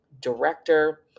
director